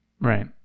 Right